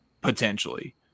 potentially